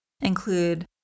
include